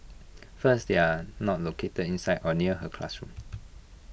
first they are not located inside or near her classroom